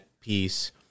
piece